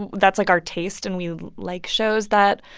and that's, like, our taste. and we like shows that,